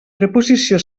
preposició